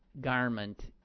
garment